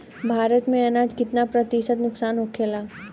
भारत में अनाज कितना प्रतिशत नुकसान होखेला?